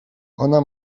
ona